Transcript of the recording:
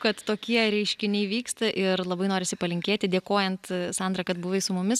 kad tokie reiškiniai vyksta ir labai norisi palinkėti dėkojant sandra kad buvai su mumis